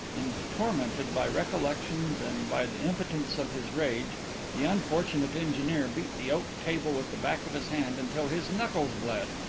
and tormented by recollections and by the impotence of his rage the unfortunate engineer beat the oak table with the back of his hand until his knuckles bled.